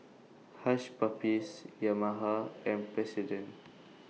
Hush Puppies Yamaha and President